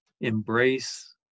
embrace